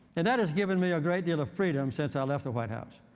and that has given me a great deal of freedom since i left the white house.